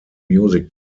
music